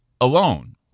alone